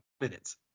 minutes